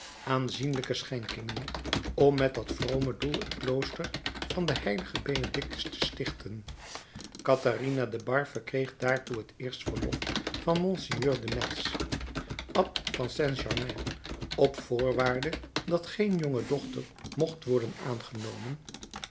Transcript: aanzienlijke schenkingen om met dat vrome doel een klooster van den h benedictus te stichten katharina de bar verkreeg daartoe het eerst verlof van monseigneur de metz abt van saint-germain op voorwaarde dat geen jongedochter mocht worden aangenomen